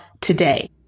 today